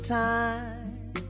time